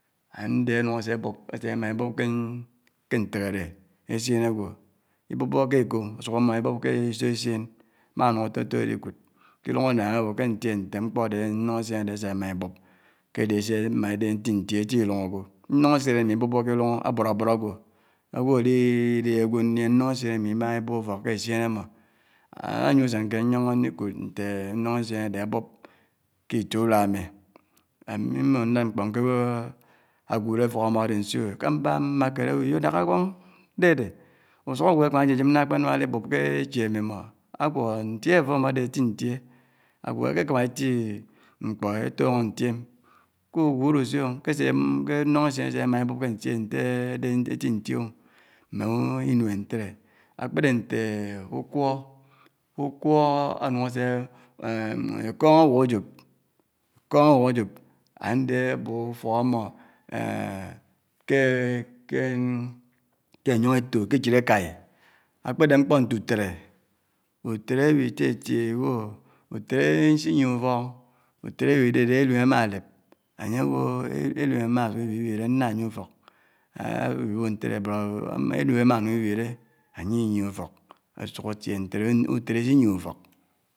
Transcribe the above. ánde ánuk áse bób, ásè ámá ibòb kè, ké ntèghèré èssién ágwò, ibòkpò kè èkòho, ásuk ámá ibòb kè isò èssièn, má ánuk átótó ádikud, ilòng ánnàng ábò kè ntié nté mkpò ádè, nung èssièn ádè ásè mà bòb kè ádè èssièn mà ádè ntí ntí, etí uòng ágwò. Nung èssièn ámi ibókpó ké uóng ábud ábud ágwó ágwó ádihi déhé ágwó ndién nung èssién ámi imáhá ibòb ufòk ké èssien àmò ániè usèn kèd nyòngò ndikud ntè nung èssien ádè ábòb ké itiè uruá ámi mbó nlád mkpó ágód ufòk ámò dè nsiò èkámbá mmá kéd ábó iyò dákà kpòng dèdè, usuk àgwo ékáb èyèyèm ná akpe nam adibob ke èchèd mmi mò áwòd ntiè àfóm àdè ètintè awò èkè kàmà èti mkpò ètongò ntiè’m ku wud usiò ò kè èsè, ke nung èssièn èsè èmà èbòb kè ntiè ntè dè èti ntiè ò, mè inuèn ntèdè, ákpèdè ntè ukwò, ukwó ánung ásè èkong ábuk áyòp ándè ábòb ufòk ámò. kè kè kè ènyòng étò kè échid ákái ákpèdè mkpò nté utèdè, utèdè, ábi tiè tiè ibò, utede isinièhè ufòk ó, utèdè ábididé èdim ámádèb ànyè ábò, édim ámá bièbièrè nà niè ufòk, ábibó ntédé but èdim ámányung ibiéré ányi iniéhé ufòk ásuk átie ntédé, utédè isinièhè ufòk.